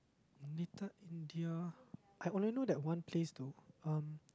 Little-India I only know that one place though um